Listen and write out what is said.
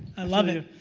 i love it.